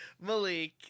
malik